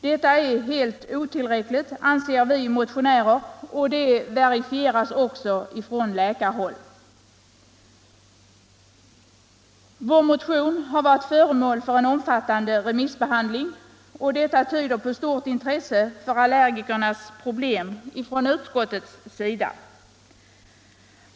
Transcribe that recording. Detta är helt otillräckligt, anser vi motionärer, och det verifieras också från läkarhåll. Vår motion har varit föremål för omfattande remissbehandling, och detta tyder på ett stort intresse för allergikernas problem från utskottets sida.